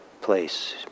place